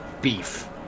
Beef